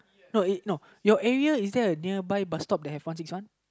no uh no your area is there a nearby bus stop with one six one